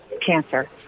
cancer